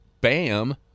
Bam –